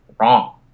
Wrong